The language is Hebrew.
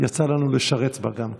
יצא לנו לשרת בה גם כן.